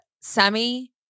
Sammy